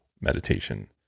meditation